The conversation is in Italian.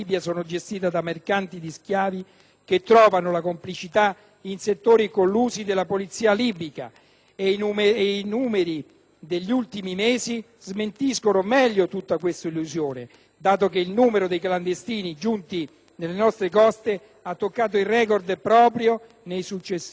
e i numeri degli ultimi mesi smentiscono meglio di tutti questa illusione, dato che il numero di clandestini giunti sulle nostre coste ha toccato il record proprio nei mesi successivi all'accordo del 30 agosto. Concludo quindi, signora Presidente,